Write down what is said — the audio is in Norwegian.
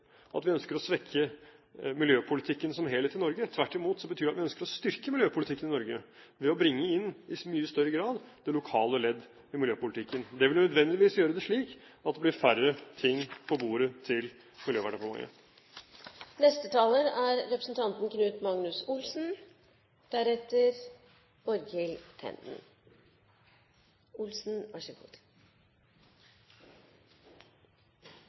at vi ønsker å svekke miljøpolitikken som helhet i Norge. Tvert imot betyr det at vi ønsker å styrke miljøpolitikken i Norge ved i mye større grad å bringe inn det lokale ledd i miljøpolitikken. Det vil nødvendigvis gjøre det slik at det blir færre saker på bordet til Miljøverndepartementet. Klimamålene griper ned i det mest sentrale av Senterpartiets ideologi, nemlig forvaltertanken. Vi er